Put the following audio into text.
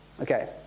Okay